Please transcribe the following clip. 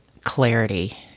clarity